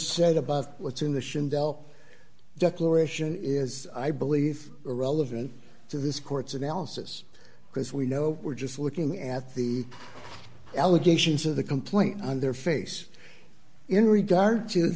said about what's in the chanel declaration is i believe irrelevant to this court's analysis because we know we're just looking at the allegations of the complaint on their face in regard to